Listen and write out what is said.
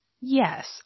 Yes